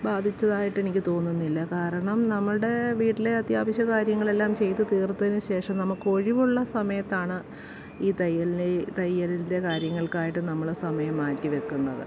ബാധിച്ചതായിട്ട് എനിക്ക് തോന്നുന്നില്ല കാരണം നമ്മളുടെ വീട്ടിലെ അത്യാവശ്യ കാര്യങ്ങളെല്ലാം ചെയ്ത് തീർത്തതിന്ശേഷം നമ്മൾക്ക് ഒഴിവുള്ള സമയത്താണ് ഈ തയ്യലിനെ തയ്യലിൻ്റെ കാര്യങ്ങൾക്കായിട്ട് നമ്മൾ സമയം മാറ്റിവെക്കുന്നത്